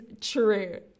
true